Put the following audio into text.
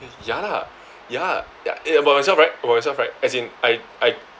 ya lah ya eh about yourself right about yourself right as in I I